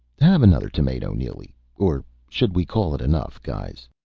have another tomato, neely. or should we call it enough, guys?